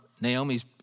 Naomi's